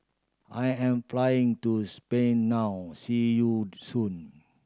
I am flying to Spain now see you soon